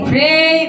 Pray